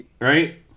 right